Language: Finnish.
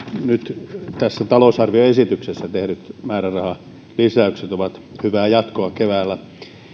nyt tässä talousarvioesityksessä tehdyt määrärahalisäykset ovat hyvää jatkoa keväällä